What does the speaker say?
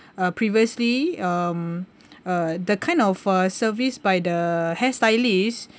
uh previously um uh the kind of uh service by the hair stylist